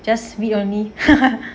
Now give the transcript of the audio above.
just read only